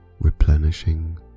replenishing